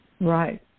Right